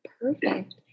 Perfect